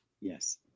Yes